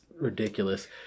ridiculous